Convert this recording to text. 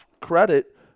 credit